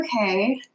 Okay